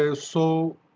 ah so.